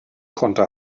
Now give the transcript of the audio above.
konnte